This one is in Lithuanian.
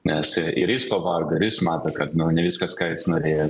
nes ir jis pavargo ir jis mato kad nu ne viskas ką jis norėjo